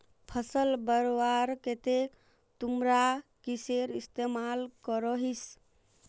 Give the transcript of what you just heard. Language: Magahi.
फसल बढ़वार केते तुमरा किसेर इस्तेमाल करोहिस?